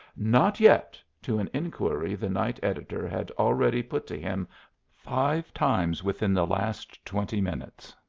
not yet, to an inquiry the night editor had already put to him five times within the last twenty minutes.